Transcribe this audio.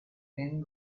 thin